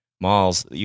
malls